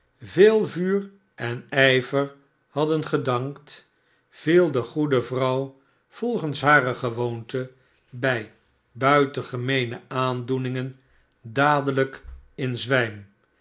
veel vuur en ijver had gedankt viel de goede vrouw volgens hare gewoonte bij buitengemeene aandoeningen dadelijk in zwijm